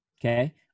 okay